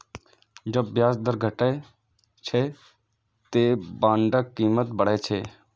जब ब्याज दर घटै छै, ते बांडक कीमत बढ़ै छै